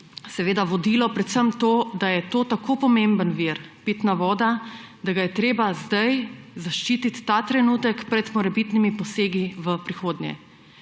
seveda vodilo predvsem to, da je to tako pomemben vir, pitna voda, da ga je treba zdaj zaščititi ta trenutek pred morebitnimi posegi v prihodnje.